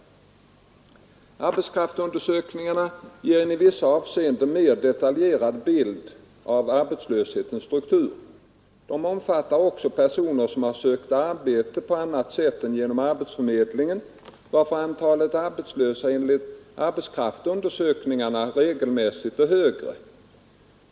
Arbetskraftsundersökningarna ger en i vissa avseenden mer detaljerad bild av arbetslöshetens struktur. De omfattar också personer som har sökt arbete på annat sätt än genom arbetsförmedlingen, varför antalet arbetslösa enligt arbetskraftsundersökningarna regelmässigt är högre.